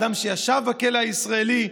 אדם שישב בכלא הישראלי,